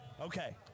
Okay